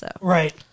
Right